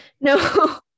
No